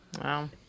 Wow